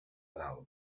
dalt